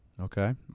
Okay